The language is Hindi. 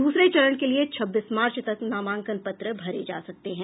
दूसरे चरण के लिये छब्बीस मार्च तक नामांकन पत्र भरे जा सकते हैं